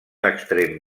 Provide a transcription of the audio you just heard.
extrem